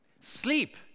Sleep